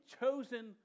chosen